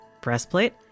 breastplate